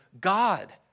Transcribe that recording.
God